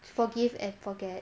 forgive and forget